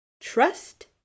Trust